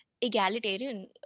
egalitarian